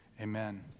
amen